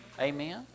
Amen